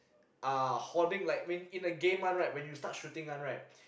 uh hoarding like I mean in a game [one] right when you start shooting [one] right